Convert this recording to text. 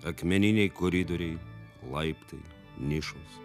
akmeniniai koridoriai laiptai nišos